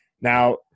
Now